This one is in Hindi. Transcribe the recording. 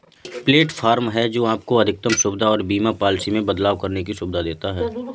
प्लेटफॉर्म है, जो आपको अधिकतम सुविधा और बीमा पॉलिसी में बदलाव करने की सुविधा देता है